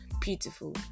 beautiful